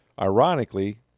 ironically